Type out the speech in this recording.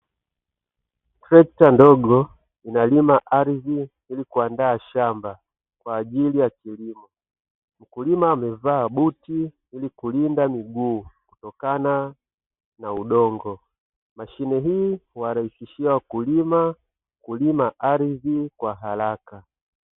Trekta ndogo inalima ardhi ili kuandaa shamba kwa ajili ya kilimo, mkulima amevaa buti ili kulinda miguu kutokana na udongo, mashine hii huwarahisishia wakulima kulima ardhi kwa haraka.